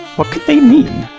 what could they mean?